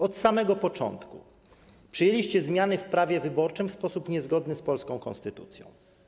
Od samego początku - po pierwsze, przyjęliście zmiany w prawie wyborczym w sposób niezgodny z polską konstytucją.